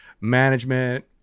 management